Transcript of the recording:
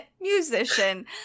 musician